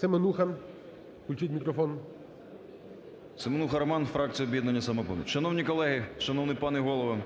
СЕМЕНУХА Р.С. Семенуха Роман, фракція "Об'єднання "Самопоміч". Шановні колеги, шановний пане Голово,